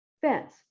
fence